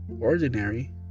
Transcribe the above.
ordinary